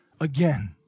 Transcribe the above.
again